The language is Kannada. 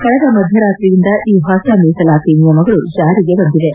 ಕಳೆದ ಮಧ್ಲರಾತ್ರಿಯಿಂದ ಈ ಹೊಸ ಮೀಸಲಾತಿ ನಿಯಮಗಳು ಜಾರಿಗೆ ಬಂದಿವೆ